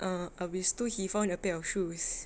a'ah habis tu he found a pair of shoes